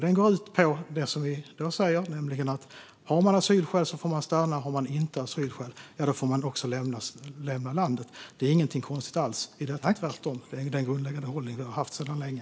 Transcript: Den går ut på det som jag säger: har man asylskäl får man stanna. Har man inte asylskäl får man lämna landet. Det är inget konstigt alls. Det är tvärtom den grundläggande hållning som vi har haft sedan länge.